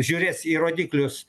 žiūrės į rodiklius